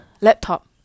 laptop